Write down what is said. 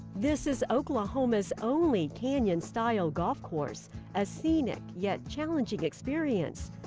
this is oklahoma's only canyon-style golf course a scenic, yet challenging experience.